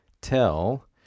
tell